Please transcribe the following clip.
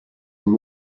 them